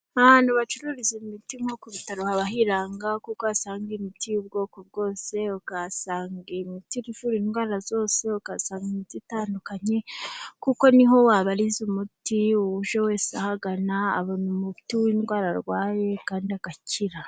Ahantu bacururiza imiti nko ku bitaro haba hiranga, kuko wahasanga imiti y'ubwoko bwose, wahasanga imiti ivura indwara zose, ukasangarura imiti itandukanye. Kuko niho wabariza umuti, uje wese ahagana abona umuti w'indwara arwaye kandi agakira.